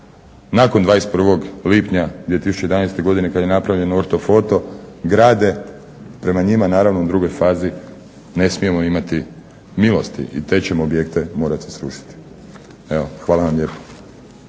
nakon 21. lipnja 2011. godine kada je napravljen ortofoto grade prema njima naravno u drugoj fazi ne smijemo imati milosti. I te ćemo objekte morati srušiti. Evo, hvala vam lijepa.